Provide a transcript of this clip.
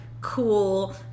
cool